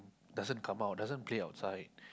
doesn't come out doesn't play outside